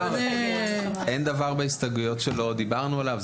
אין דבר בהסתייגויות שלא דיברנו עליו.